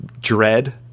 dread